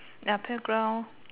ya playground